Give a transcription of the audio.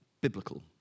biblical